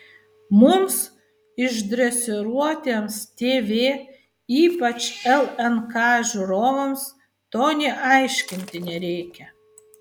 mums išdresiruotiems tv ypač lnk žiūrovams to nė aiškinti nereikia